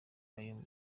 ayo